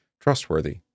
trustworthy